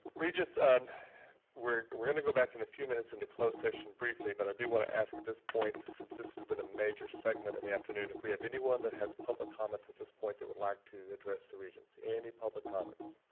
regents, and we're we're gonna go back in a few minutes into closed session briefly, but i do wanna ask at this point, since this has been a major segment in the afternoon. if we have anyone that has public comments at this point that would like to address the regents. any public comments?